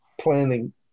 planning